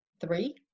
three